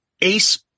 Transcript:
Ace